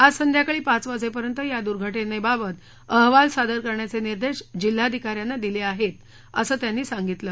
आज संध्याकाळी पाच वाजेपर्यंत या दुर्घटनेबाबत अहवाल सादर करण्याचे निर्देश जिल्हाधिकाऱ्यांना दिले आहेत असं त्यांनी सांगितलं